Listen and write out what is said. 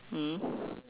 mm